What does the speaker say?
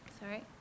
Sorry